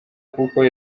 kuko